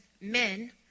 men